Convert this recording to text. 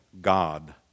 God